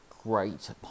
great